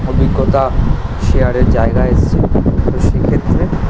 অভিজ্ঞতা শেয়ারের জায়গা এসেছে ফলে সে ক্ষেত্রে